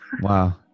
Wow